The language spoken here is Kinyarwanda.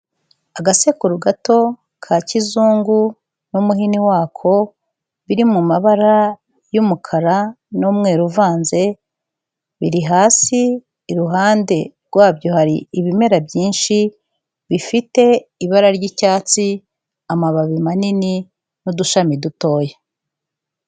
Agasekuru gato, ka kizungu n'umuhini wako, biri mu mabara y'umukara n'umweru uvanze, biri hasi, iruhande rwabyo hari ibimera byinshi, bifite ibara ry'icyatsi, amababi manini n'udushami dutoya.